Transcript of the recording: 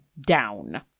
down